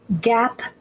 Gap